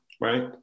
right